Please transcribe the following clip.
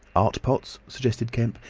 art pots, suggested kemp.